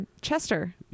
chester